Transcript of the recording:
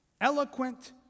eloquent